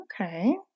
Okay